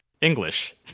English